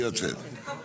היא יוצאת.